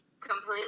Completely